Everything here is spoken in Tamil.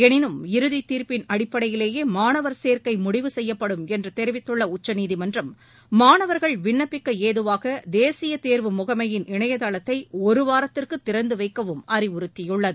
எளினும் இறுதித் தீர்ப்பின் அடிப்படையிலேயே மாணவர் சேர்க்கை முடிவு செய்யப்படும் என்று தெரிவித்துள்ள உச்சநீதிமன்றம் மாணவர்கள் விண்ணப்பிக்க ஏதுவாக தேசிய தேர்வு முகமையின் இணையதளத்தை ஒரு வாரத்திற்கு திறந்து வைக்கவும் அறிவுறுத்தியுள்ளது